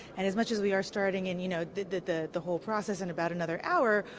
and is much as we are starting and you know, the the whole process in about another hour,